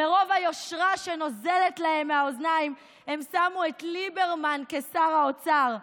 מרוב היושרה שנוזלת להם מהאוזניים הם שמו את ליברמן כשר האוצר.